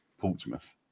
portsmouth